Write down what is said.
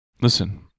Listen